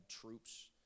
troops